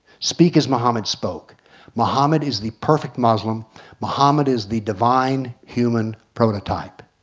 speak as mohammed spoke mohammed is the perfect muslim mohammed is the divine human prototype.